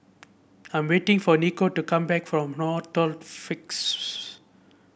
I am waiting for Nico to come back from Northolt